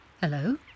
Hello